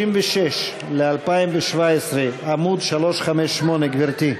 36 ל-2017, עמוד 358. גברתי?